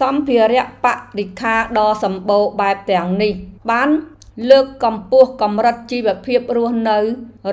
សម្ភារៈបរិក្ខារដ៏សម្បូរបែបទាំងនេះបានលើកកម្ពស់កម្រិតជីវភាពរស់នៅ